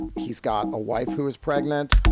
he's got a wife who is pregnant.